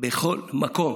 בכל מקום.